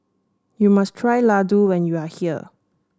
you must try Laddu when you are here